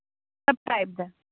ਸਭ ਟਾਈਪ ਦਾ ਹੈ